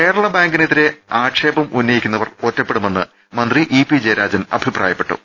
കേരളബാങ്കിനെതിരെ ആക്ഷേപം ഉന്നയിക്കുന്നവർ ഒറ്റപ്പെടു മെന്ന് മന്ത്രി ഇ പി ജയരാജൻ അഭിപ്രായപ്പെട്ടു